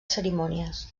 cerimònies